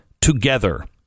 together